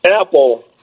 Apple